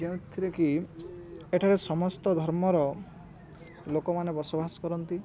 ଯେଉଁଥିରେକି ଏଠାରେ ସମସ୍ତ ଧର୍ମର ଲୋକମାନେ ବସବାସ କରନ୍ତି